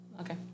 Okay